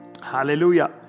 Hallelujah